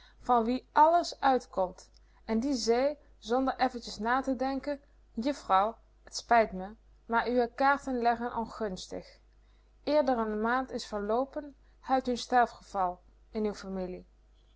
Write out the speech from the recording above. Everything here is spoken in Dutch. van wie alles uitkomt en die zee zonder effetjes na te denken juffrouw t spijt me maar uwe kaarten leggen ongunstig eer d'r n maand is verloopen heit u sterfgeval in uw familie